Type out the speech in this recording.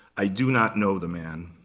i do not know the man.